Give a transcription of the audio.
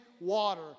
water